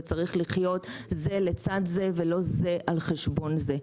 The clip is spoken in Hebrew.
וצריך לחיות זה לצד זה ולא זה על חשבון זה,